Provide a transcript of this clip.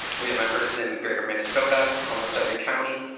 we have members in greater minnesota almost every county.